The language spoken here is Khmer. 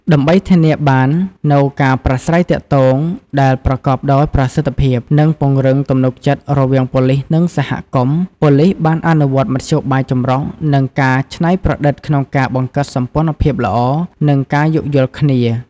ដើម្បីធានាបាននូវការប្រាស្រ័យទាក់ទងដែលប្រកបដោយប្រសិទ្ធភាព និងពង្រឹងទំនុកចិត្តរវាងប៉ូលីស និងសហគមន៍ ប៉ូលីសបានអនុវត្តមធ្យោបាយចម្រុះ និងការច្នៃប្រឌិតក្នុងការបង្កើតសម្ព័ន្ធភាពល្អ និងការយោគយល់គ្នា។